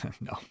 no